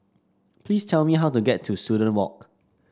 please tell me how to get to Student Walk